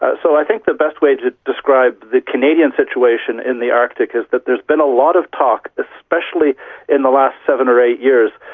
ah so i think the best way to describe the canadian situation in the arctic is that there's been a lot of talk, especially in the last seven or eight years,